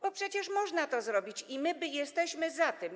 Bo przecież można to zrobić i my jesteśmy za tym.